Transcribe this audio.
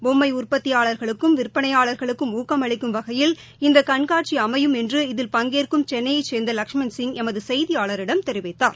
பொம்மைஉற்பத்தியாளா்களுக்கும் விற்பனையாளா்களுக்கும் வகையில் இந்தகண்காட்சிஅமையும் என்று இதில் பங்கேற்கும் சென்னையைச் சேர்ந்த லஷ்மண்சிங் எமதுசெய்தியாளரிடம் தெரிவித்தார்